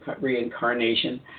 reincarnation